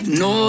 no